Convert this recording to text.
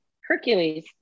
Hercules